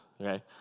okay